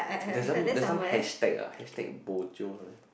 there some there some hashtag ah hashtag bo jio something